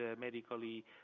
medically